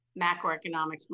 macroeconomics